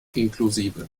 inklusive